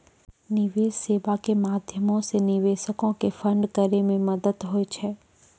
निवेश सेबा के माध्यमो से निवेशको के फंड करै मे मदत होय छै